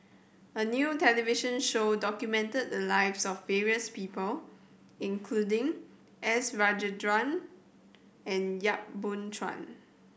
a new television show documented the lives of various people including S Rajendran and Yap Boon Chuan